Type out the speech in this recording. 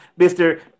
Mr